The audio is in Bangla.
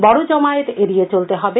বড অমায়েত এডিয়ে চলতে হবে